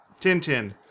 Tintin